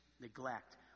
neglect